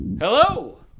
Hello